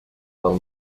del